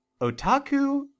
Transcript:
otaku